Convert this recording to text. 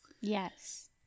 Yes